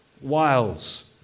wiles